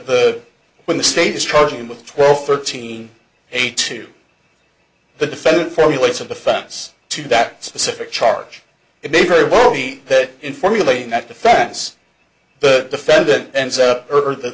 the when the state is charging him with twelve thirteen eight to the defendant formulates of the facts to that specific charge it may very well be that in formulating that defense the defendant ends up